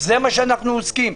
זה מה שאנחנו עושים.